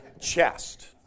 chest